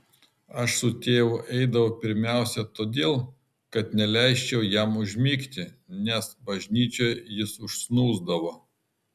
aš su tėvu eidavau pirmiausia todėl kad neleisčiau jam užmigti nes bažnyčioje jis užsnūsdavo